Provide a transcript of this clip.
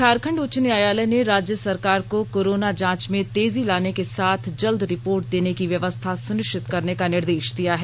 झारखंड उच्च न्यायालय ने राज्य सरकार को कोरोना जांच में तेजी लाने के साथ जल्द रिपोर्ट देने की व्यवस्था सुनिश्चित करने का निर्देश दिया है